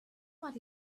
what